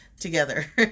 together